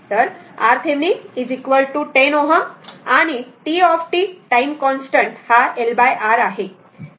तर R thevenin 10 Ω आणि τ time constant हा LR आहे